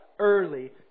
early